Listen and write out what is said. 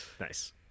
Nice